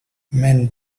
men